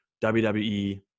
wwe